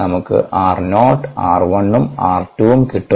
നമുക്ക് r naught r 1 ഉം r 2 ഉം കിട്ടും